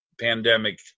pandemic